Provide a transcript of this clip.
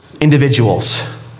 individuals